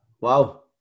wow